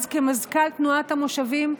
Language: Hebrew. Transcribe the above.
אז כמזכ"ל תנועת המושבים,